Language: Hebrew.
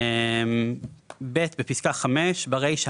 תיקון פקודת מס הכנסה 2. בפסקה (5) ברישה,